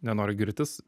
nenoriu girtis